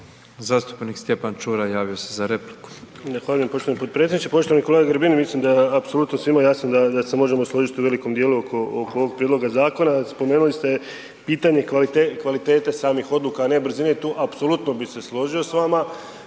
Zastupnik Goran Aleksić javio se za repliku.